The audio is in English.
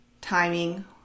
timing